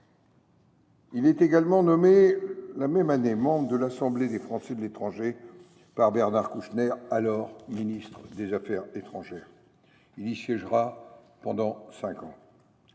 Il est également nommé, la même année, membre de l’Assemblée des Français de l’étranger par Bernard Kouchner, alors ministre des affaires étrangères et européennes. Il y siégera pendant cinq ans.